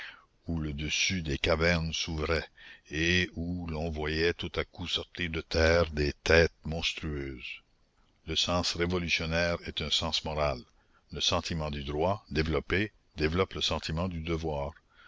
où le dessus des cavernes s'ouvrait et où l'on voyait tout à coup sortir de terre des têtes monstrueuses le sens révolutionnaire est un sens moral le sentiment du droit développé développe le sentiment du devoir